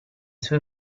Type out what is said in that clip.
sue